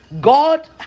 god